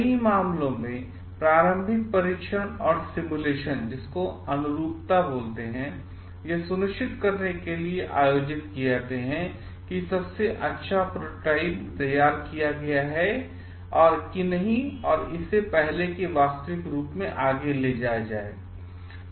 कई मामलों में प्रारंभिक परीक्षण और सिमुलेशन यह सुनिश्चित करने के लिए आयोजित किए जाते हैं कि सबसे अच्छा प्रोटोटाइप तैयार किया गया है इससे पहले कि वास्तविक रूप में इसे आगे ले जाया जाये